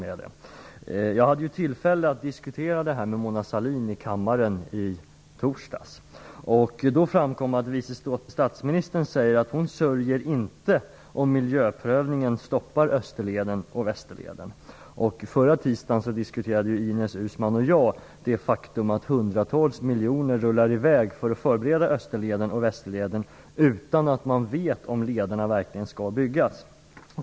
Jag hade i torsdags tillfälle att diskutera det här med Mona Sahlin i kammaren, och då framkom att vice statsministern inte kommer att sörja om miljöprövningen stoppar Österleden och Västerleden. Förra tisdagen diskuterade Ines Uusmann och jag det faktum att hundratals miljoner rullar i väg för förberedelser av Österleden och Västerleden, utan att man vet om lederna verkligen skall byggas.